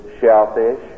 shellfish